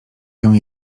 się